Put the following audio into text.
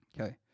Okay